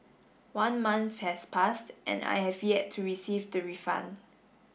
one month has passed and I have yet to receive the refund